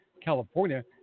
California